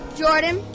jordan